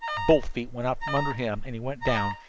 both feet went out from under him and he went down,